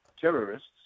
terrorists